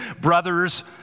Brothers